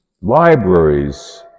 libraries